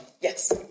Yes